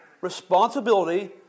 responsibility